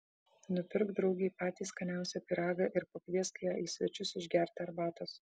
nupirk draugei patį skaniausią pyragą ir pakviesk ją į svečius išgerti arbatos